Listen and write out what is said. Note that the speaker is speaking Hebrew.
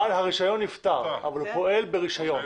בעל הרישיון נפטר אבל הוא פועל ברישיון.